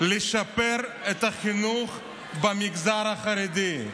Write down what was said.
לשפר את החינוך במגזר החרדי.